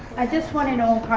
i just wanna know